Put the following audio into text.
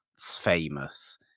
famous